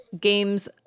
games